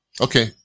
Okay